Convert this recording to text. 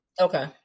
Okay